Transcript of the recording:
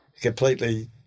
completely